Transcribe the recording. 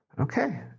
Okay